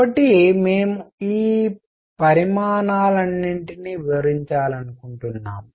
కాబట్టి మేము ఈ పరిమాణాలన్నింటినీ వివరించాలనుకుంటున్నాము